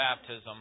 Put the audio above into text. baptism